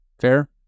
Fair